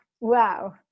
Wow